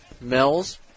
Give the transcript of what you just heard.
Mills